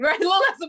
Right